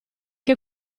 che